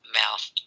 mouth